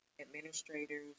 administrators